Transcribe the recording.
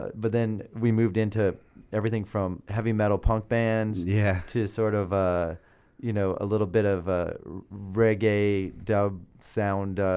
but then, we moved into everything from heavy metal punk bands, yeah to sort of ah you know a little bit of reggae dub sound,